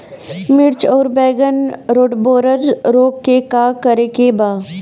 मिर्च आउर बैगन रुटबोरर रोग में का करे के बा?